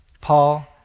Paul